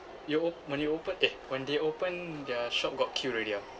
you o~ when you open eh when they open their shop got queue already ah